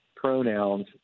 pronouns